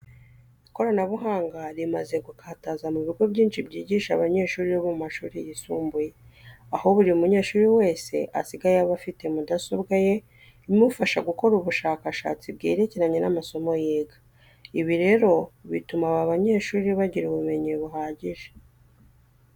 Ikoranabuhanga rimaze gukataza mu bigo byinshi byigisha abanyeshuri bo mu mashuri yisumbuye, aho buri munyeshuri wese asigaye aba afite mudasobwa ye imufasha gukora ubushakashatsi bwerekeranye n'amasomo yiga. Ibi rero bituma aba banyeshuri bagira ubumenyi buhagije.